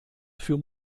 für